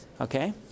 okay